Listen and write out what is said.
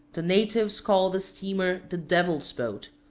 the natives call the steamer the devil's boat,